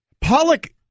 Pollock